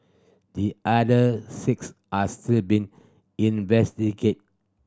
the other six are still being investigated